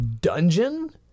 dungeon